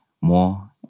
more